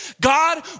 God